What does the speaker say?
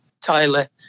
Tyler